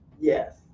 Yes